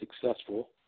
successful